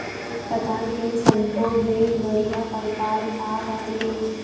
पताल के सब्बो ले बढ़िया परकार काहर ए?